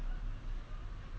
不知道换 topic